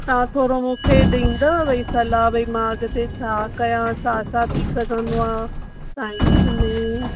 तव्हां थोरो मूंखे ॾींदव बई सलाह बई मां अॻिते छा कयां छा छा थी सघंदो आहे साईंस में